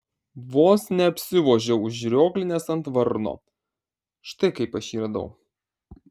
vos neapsivožiau užrioglinęs ant varno štai kaip aš jį radau